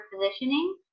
positioning